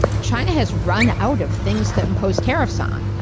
china has run out of things to impose tariffs on.